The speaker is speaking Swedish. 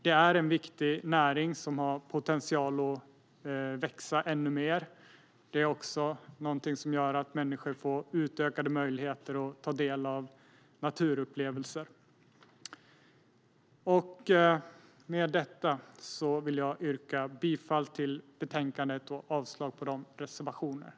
Det är en viktig näring som har potential att växa ännu mer. Det är också någonting som gör att människor får utökade möjligheter att ta del av naturupplevelser. Med detta vill jag yrka bifall till förslaget i betänkandet och avslag på reservationerna.